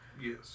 Yes